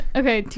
okay